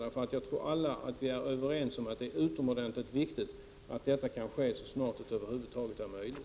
Jag tror att vi alla är överens om att det är utomordentligt viktigt att det kan ske så snart det över huvud taget är möjligt.